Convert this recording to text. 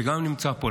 שגם נמצא פה,